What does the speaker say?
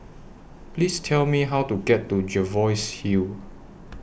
Please Tell Me How to get to Jervois Hill